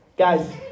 Guys